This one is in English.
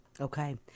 Okay